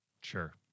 Sure